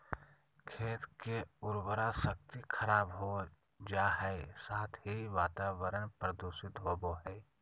खेत के उर्वरा शक्ति खराब हो जा हइ, साथ ही वातावरण प्रदूषित होबो हइ